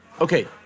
Okay